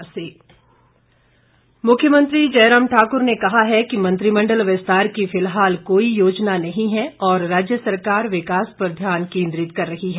मुख्यमंत्री मंत्रिमंडल मुख्यमंत्री जयराम ठाकुर ने कहा है कि मंत्रिमंडल विस्तार की फिलहाल कोई योजना नहीं है और राज्य सरकार विकास पर ध्यान केन्द्रित कर रही है